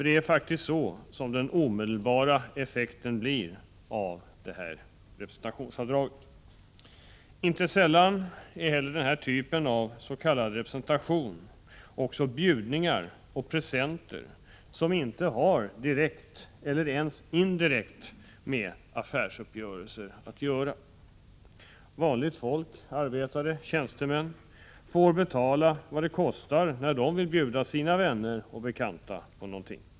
Det är faktiskt den omedelbara effekten av representationsavdraget. Inte sällan utgörs den s.k. representationen också av bjudningar och presenter som inte direkt — eller ens indirekt — har med affärsuppgörelser att göra. Vanligt folk — arbetare och tjänstemän — får betala vad det kostar när de vill bjuda sina vänner och bekanta på någonting.